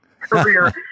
career